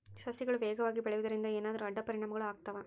ಸಸಿಗಳು ವೇಗವಾಗಿ ಬೆಳೆಯುವದರಿಂದ ಏನಾದರೂ ಅಡ್ಡ ಪರಿಣಾಮಗಳು ಆಗ್ತವಾ?